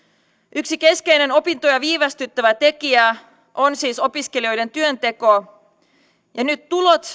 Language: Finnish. yksi keskeinen opintoja viivästyttävä tekijä on siis opiskelijoiden työnteko ja nyt